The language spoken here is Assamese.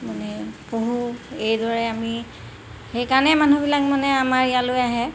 মানে পহু এইদৰে আমি সেইকাৰণে মানুহবিলাক মানে আমাৰ ইয়ালৈ আহে